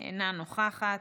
אינה נוכחת,